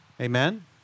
Amen